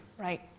Right